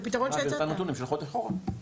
נתונים של חודש אחורה.